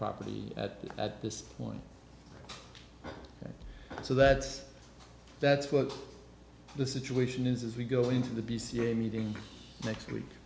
property at at this point so that's that's what the situation is as we go into the p c a meeting next week